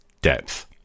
depth